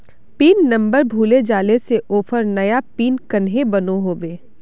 Pin number भूले जाले से ऑफर नया पिन कन्हे बनो होबे?